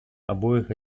обоих